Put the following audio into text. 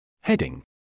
Heading